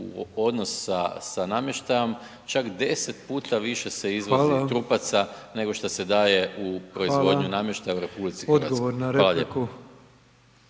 odnos sa namještajem čak 10 puta više se izvozi trupaca nego šta se daje u proizvodnju namještaja u RH. Hvala